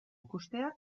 ikustea